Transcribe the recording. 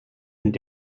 mit